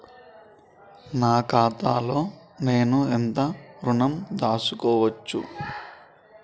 నా ఖాతాలో నేను ఎంత ఋణం దాచుకోవచ్చు?